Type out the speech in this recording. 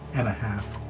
and a half.